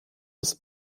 des